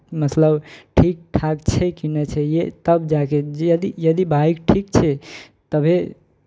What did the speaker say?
मतलब ठीक ठाक छै कि नहि छै ये तब जा कऽ यदि यदि बाइक ठीक छै तबहे